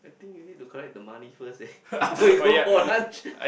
I think you need to collect the money first eh before you go for lunch